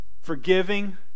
Forgiving